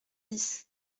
dix